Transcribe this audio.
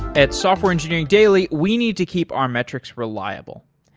at software engineering daily, we need to keep our metrics reliable.